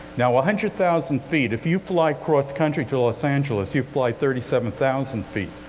now, one hundred thousand feet, if you fly cross-country to los angeles, you fly thirty seven thousand feet.